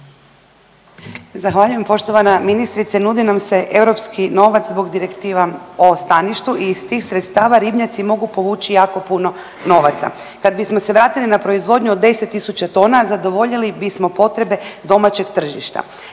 Zahvaljujem. Poštovana ministrice, nudi nam se europski novac zbog direktiva o staništu i iz tih sredstava ribnjaci mogu povući jako puno novaca. Kad bismo se vratili na proizvodnju od 10.000 tona zadovoljili bismo potrebe domaćeg tržišta.